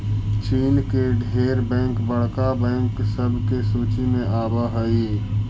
चीन के ढेर बैंक बड़का बैंक सब के सूची में आब हई